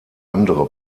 andere